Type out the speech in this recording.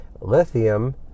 Lithium